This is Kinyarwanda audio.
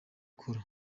kōra